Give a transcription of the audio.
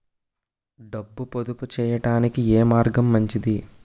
డబ్బు పొదుపు చేయటానికి ఏ మార్గం మంచిది?